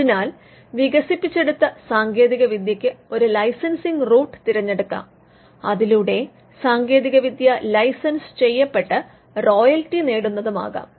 അതിനാൽ വികസിപ്പിച്ചെടുത്ത സാങ്കേതിക വിദ്യക്ക് ഒരു ലൈസൻസിങ് റൂട്ട് തിരഞ്ഞെടുക്കാം അതിലൂടെ സാങ്കേതികവിദ്യ ലൈസൻസ് ചെയ്യപെട്ട് റോയൽറ്റി നേടുന്നതാകാം